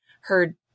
heard